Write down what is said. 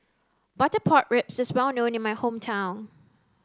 butter pork ribs is well known in my hometown